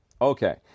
Okay